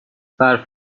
برف